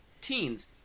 teens